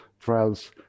trials